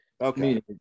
okay